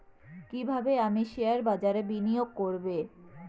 কিভাবে আমি শেয়ারবাজারে বিনিয়োগ করবে?